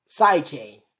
SideChain